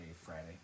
Friday